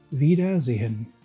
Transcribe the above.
Wiedersehen